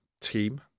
team